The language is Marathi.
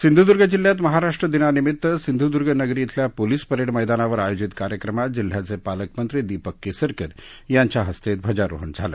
सिंधूद्र्ग जिल्ह्यात महाराष्ट्र दिनानिमित्त सिंधूद्र्गनगरी इथल्या पोलीस परेड मैदानावर आयोजित कार्यक्रमात जिल्ह्याचे पालकमंत्री दीपक केसरकर यांच्या हस्ते ध्वजारोहण झालं